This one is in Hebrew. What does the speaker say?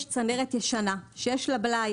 יש צנרת ישנה שיש לה בלאי,